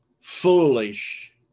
foolish